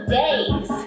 days